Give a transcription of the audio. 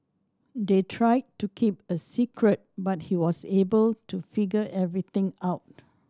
they tried to keep a secret but he was able to figure everything out